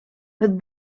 het